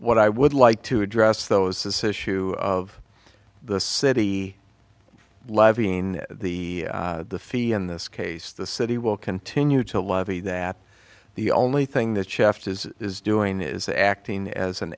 what i would like to address those this issue of the city levene the fee in this case the city will continue to levy that the only thing that shaft is doing is acting as an